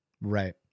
Right